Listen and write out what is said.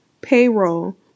payroll